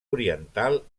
oriental